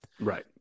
Right